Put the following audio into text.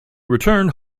returned